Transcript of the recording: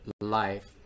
life